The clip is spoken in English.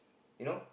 you know